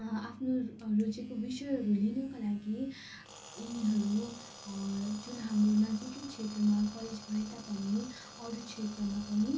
आफ्नो रोजेको विषयहरू लिनको लागि उनीहरू जुन हाम्रो नजिकै क्षेत्रमा कलेज भए तापनि अरू क्षेत्रमा पनि